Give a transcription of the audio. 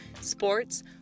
sports